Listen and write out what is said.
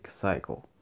cycle